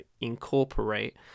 incorporate